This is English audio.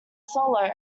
solo